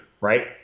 right